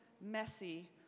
messy